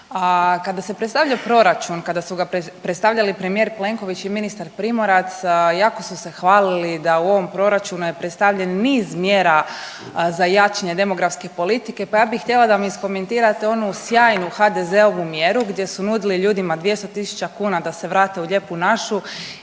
kada se predstavlja proračun, kada su ga predstavljali premijer Plenković i ministar Primorac, jako su se hvalili da u ovom proračunu je predstavljen niz mjera za jačanje demografske politike pa ja bih htjela da mi iskomentirate onu sjajnu HDZ-ovu mjeru gdje su nudili ljudima 200 tisuća kuna da se vrate u Lijepu našu